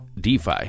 DeFi